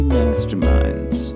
Masterminds